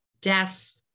death